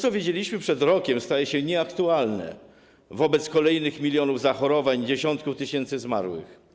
To, co widzieliśmy przed rokiem, staje się nieaktualne wobec kolejnych milionów zachorowań i dziesiątków tysięcy zmarłych.